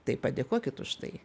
tai padėkokit už tai